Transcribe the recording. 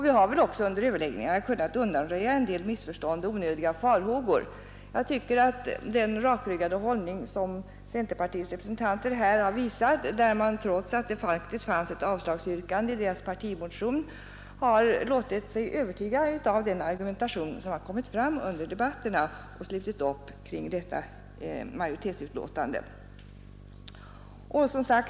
Vi har väl också under överläggningarna kunnat undanröja en del missförstånd och onödiga farhågor. Jag tycker att centerpartiets representanter här har visat en rakryggad hållning. Trots att det faktiskt fanns ett avslagsyrkande i deras partimotion har de låtit sig övertyga av den argumentation som kommit fram under debatterna och slutit upp kring detta majoritetsbetänkande.